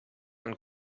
und